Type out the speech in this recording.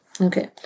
Okay